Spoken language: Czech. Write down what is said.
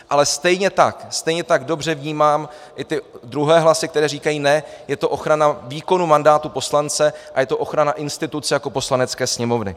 Ale stejně tak dobře vnímám i ty druhé hlasy, které říkají ne, je to ochrana výkonu mandátu poslance a je to ochrana instituce jako Poslanecké sněmovny.